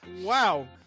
Wow